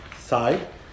side